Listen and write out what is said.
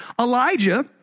Elijah